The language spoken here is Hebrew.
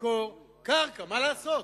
למכור קרקע, מה לעשות?